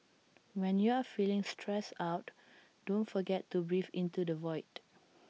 when you are feeling stressed out don't forget to breathe into the void